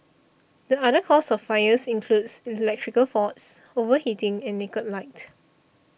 the other causes of fires includes electrical faults overheating and naked light